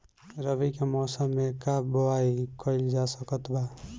रवि के मौसम में का बोआई कईल जा सकत बा?